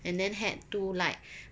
and then had to like